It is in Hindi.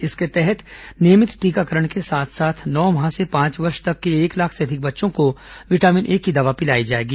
इसके तहत नियमित टीकाकरण के साथ साथ नौ माह से पांच वर्ष तक के एक लाख से अधिक बच्चों को विटामिन ए की दवा पिलायी जाएगी